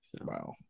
wow